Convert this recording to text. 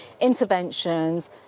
interventions